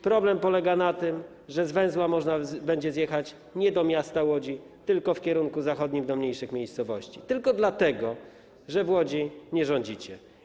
Problem polega na tym, że z węzła można będzie zjechać nie do miasta Łodzi, tylko w kierunku zachodnim, do mniejszych miejscowości, tylko dlatego, że w Łodzi nie rządzicie.